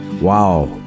Wow